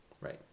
Right